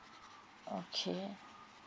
okay